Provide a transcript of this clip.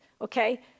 okay